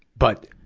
but,